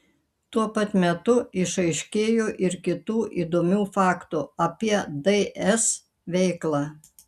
tuo pat metu išaiškėjo ir kitų įdomių faktų apie ds veiklą